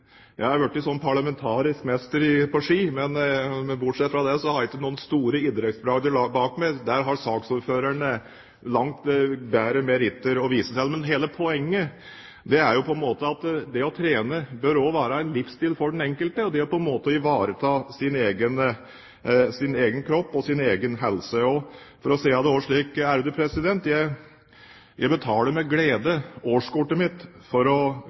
Jeg har trent uten skattefradrag hele livet mitt. Riktignok har jeg blitt parlamentarisk mester på ski, men bortsett fra det har jeg ikke noen store idrettsbragder bak meg. Der har saksordføreren langt større meritter å vise til. Men hele poenget er at det å trene og på en måte ivareta sin egen kropp og sin egen helse bør være en livsstil for den enkelte. For også å si det slik: Jeg betaler med glede årskortet mitt for å